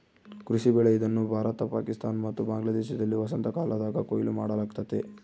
ಕೃಷಿ ಬೆಳೆ ಇದನ್ನು ಭಾರತ ಪಾಕಿಸ್ತಾನ ಮತ್ತು ಬಾಂಗ್ಲಾದೇಶದಲ್ಲಿ ವಸಂತಕಾಲದಾಗ ಕೊಯ್ಲು ಮಾಡಲಾಗ್ತತೆ